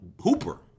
hooper